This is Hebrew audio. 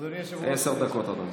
עשר דקות, אדוני.